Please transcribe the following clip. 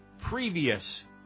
previous